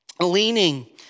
leaning